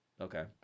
Okay